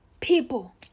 people